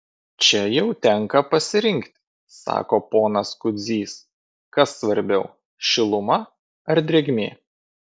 čia jau tenka pasirinkti sako ponas kudzys kas svarbiau šiluma ar drėgmė